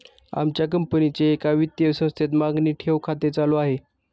आमच्या कंपनीचे एका वित्तीय संस्थेत मागणी ठेव खाते चालू आहे